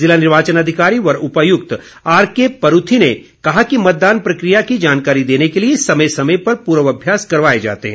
ज़िला निर्वाचन अधिकारी व उपायुक्त आरके परूथी ने कहा कि मतदान प्रक्रिया की जानकारी देने के लिए समय समय पर पूर्वाभ्यास करवाए जाते हैं